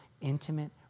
intimate